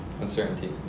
uncertainty